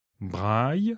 Braille